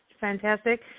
Fantastic